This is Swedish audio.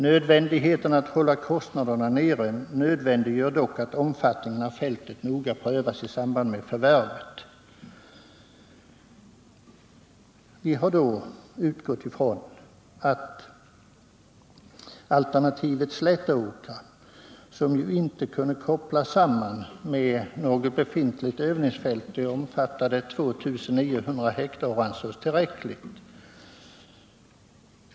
Nödvändigheten att hålla kostnaderna nere nödvändiggör dock att omfattningen av fältet noga prövas i samband med förvärvet.” Vi motionärer har utgått från att alternativet Slättåkra, som ju inte kan kopplas samman med något befintligt övningsfält och som omfattar 2 900 hektar, ansågs tillräckligt.